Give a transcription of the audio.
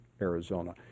Arizona